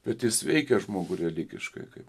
bet jis veikia žmogų religiškai kaip